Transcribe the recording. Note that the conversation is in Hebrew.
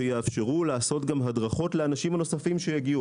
שיאפשרו לעשות גם הדרכות לאנשים הנוספים שיגיעו,